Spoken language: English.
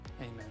Amen